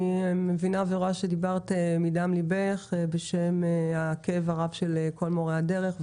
אני מבינה ורואה שדיברת מדם ליבך בשם הכאב הרב של כל מורי הדרך.